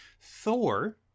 Thor